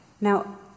Now